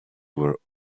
were